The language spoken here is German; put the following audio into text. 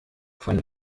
von